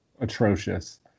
atrocious